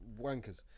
wankers